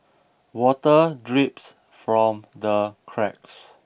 water drips from the cracks